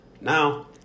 Now